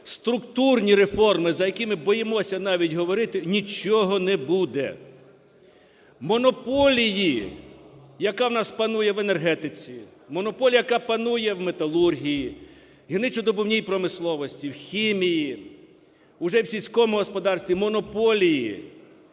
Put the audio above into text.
структурні реформи, за які ми боїмося навіть говорити, нічого не буде. Монополії, яка в нас панує в енергетиці, монополії, яка в нас панує в металургії, в гірничодобувній промисловості, в хімії, уже в сільському господарстві, монополії